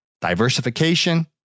diversification